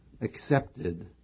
accepted